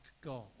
God